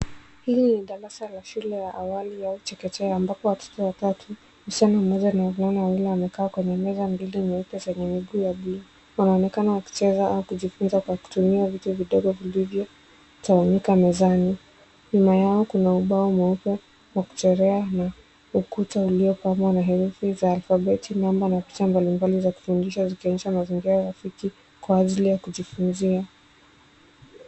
Hili ni darasa la shule ya awali ya chekechea ambapo watoto watatu, msichana mmoja na wavulana wawili wamekaa kwenye meza mbili nyeupe zenye miguu ya blue . Wanaonekana wakicheza au kujifunza kwa kutumia vitu vidogo vilivyotawanyika mezani. Nyuma yao kuna ubao mweupe wa kuchorea na ukuta uliopambwa na herufi za alfabeti, namba na picha mbalimbali za kufundisha zikionyesha mazingira rafiki kwa ajili ya kujifunzia.